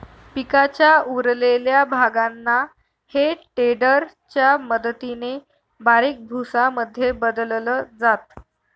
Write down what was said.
पिकाच्या उरलेल्या भागांना हे टेडर च्या मदतीने बारीक भुसा मध्ये बदलल जात